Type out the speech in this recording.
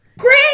Great